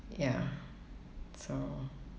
ya so